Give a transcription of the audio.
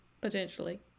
potentially